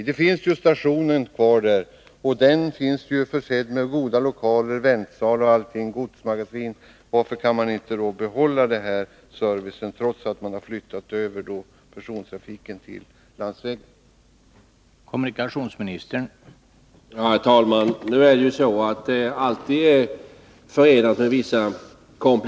Stationsbyggnaden i Strömsund finns ju kvar, och i den finns goda lokaler, väntsal, godsmagasin m.m. Varför kan man då inte behålla denna service, trots att man flyttat över persontrafiken till landsväg?